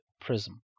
prism